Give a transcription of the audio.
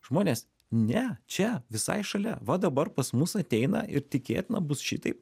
žmonės ne čia visai šalia va dabar pas mus ateina ir tikėtina bus šitaip